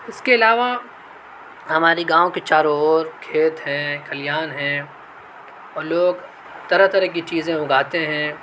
اس کے علاوہ ہماری گاؤں کے چاروں اور کھیت ہیں کھلیان ہیں اور لوگ طرح طرح کی چیزیں اگاتے ہیں